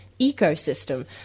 ecosystem